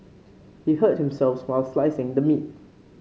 he hurt himself while slicing the meat